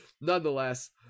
Nonetheless